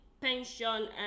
pension